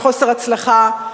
בחוסר הצלחה,